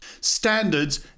Standards